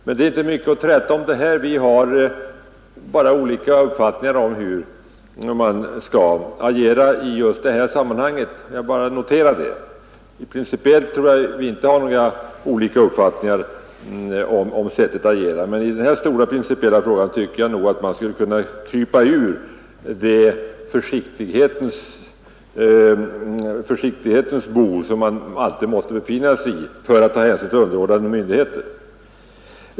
Men det är inte mycket att träta om. Vi har olika uppfattningar om hur man bör agera i just det här sammanhanget. Jag bara noterar det. Principiellt tror jag inte att vi har olika uppfattningar, men i den här frågan tycker jag nog att civilministern hade kunnat krypa ur det försiktighetens bo som ett statsråd ofta måste befinna sig i med hänsyn till underordnade myndigheter.